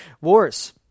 wars